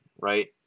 Right